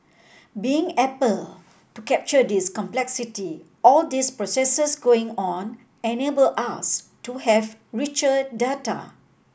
being able to capture this complexity all these processes going on enable us to have richer data